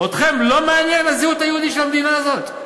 אתכם לא מעניינת הזהות היהודית של המדינה הזאת?